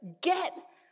get